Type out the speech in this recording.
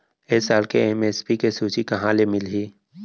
ए साल के एम.एस.पी के सूची कहाँ ले मिलही?